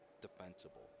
defensible